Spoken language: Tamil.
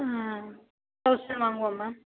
தௌசண்ட் வாங்குவோம் மேம்